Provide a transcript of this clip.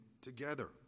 together